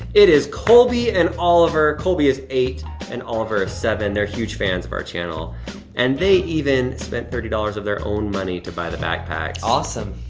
it is colby and oliver, colby is eight and oliver is seven. they're huge fans of our channel and they even spent thirty dollars of their own money to buy the backpacks. awesome.